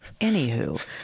Anywho